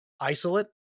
Isolate